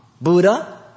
Buddha